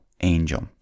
angel